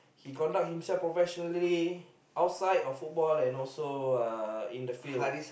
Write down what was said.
he conduct himself professionally outside of football and also uh in the field